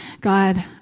God